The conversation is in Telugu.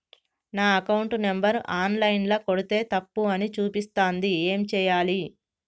నా అకౌంట్ నంబర్ ఆన్ లైన్ ల కొడ్తే తప్పు అని చూపిస్తాంది ఏం చేయాలి?